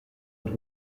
und